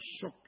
shock